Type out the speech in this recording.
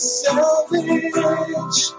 savage